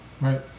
right